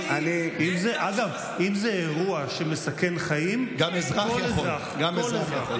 אגב, אם זה אירוע שמסכן חיים, כל אזרח, כל אזרח.